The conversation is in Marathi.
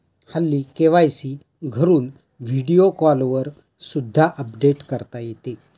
हल्ली के.वाय.सी घरून व्हिडिओ कॉलवर सुद्धा अपडेट करता येते